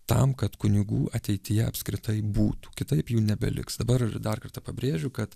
tam kad kunigų ateityje apskritai būtų kitaip jų nebeliks dabar ir dar kartą pabrėžiu kad